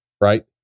right